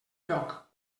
lloc